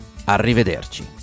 arrivederci